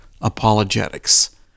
Apologetics